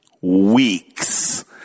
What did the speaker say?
weeks